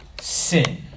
sin